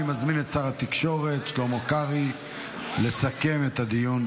אני מזמין את שר התקשורת שלמה קרעי לסכם את הדיון.